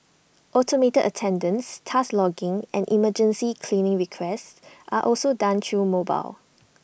automated attendance task logging and emergency cleaning requests are also done through mobile